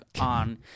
on